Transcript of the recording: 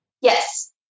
Yes